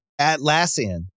Atlassian